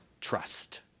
trust